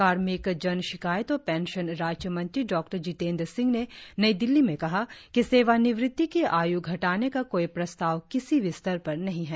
कार्मिक जन शिकायत और पेंशन राज्य मंत्री डॉक्टर जितेन्द्र सिंह ने नई दिल्ली में कहा कि सेवानिवृत्ति की आय् घटाने का कोई प्रस्ताव किसी भी स्तर पर नहीं है